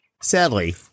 Sadly